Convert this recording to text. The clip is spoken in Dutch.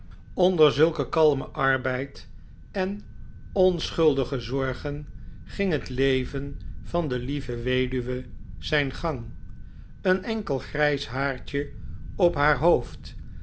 onder zulken kalmen arbeid en onschuldige zorgen ging het leven van de lieve weduwe zijn gang een enkel grijs haartje op haar hoofd